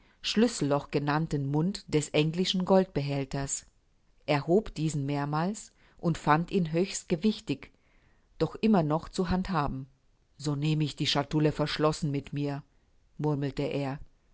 schlüsselloch genannten mund des englischen goldbehälters er hob diesen mehrmals und fand ihn höchst gewichtig doch immer noch zu handhaben so nehm ich die chatoulle verschlossen mit mir murmelte er